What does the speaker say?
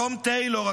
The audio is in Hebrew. טום טיילור,